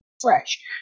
fresh